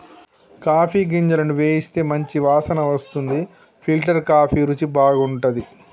coffee గింజలను వేయిస్తే మంచి వాసన వస్తుంది ఫిల్టర్ కాఫీ రుచి బాగుంటది